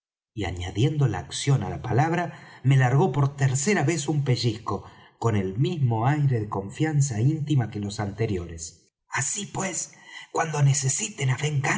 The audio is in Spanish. ya sabes y añadiendo la acción á la palabra me largó por tercera vez un pellizco con el mismo aire de confianza íntima que los anteriores así pues cuando necesiten